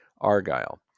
Argyle